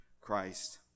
Christ